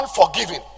unforgiving